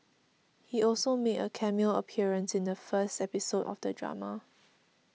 he also made a cameo appearance in the first episode of the drama